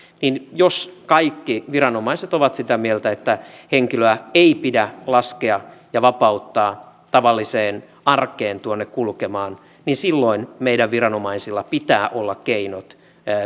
jos kaikki viranomaiset ovat sitä mieltä että henkilöä ei pidä laskea ja vapauttaa tavalliseen arkeen tuonne kulkemaan niin silloin meidän viranomaisillamme pitää olla keinot